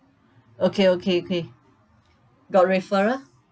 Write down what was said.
okay okay okay got referral